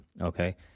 okay